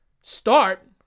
start